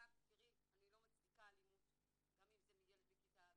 אני לא מצדיקה אלימות גם אם זה מילד בכיתה ג',